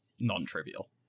non-trivial